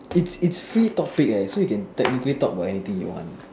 its its free topic eh so you can technically talk about anything you want